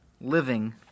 Living